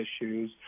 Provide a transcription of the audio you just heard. issues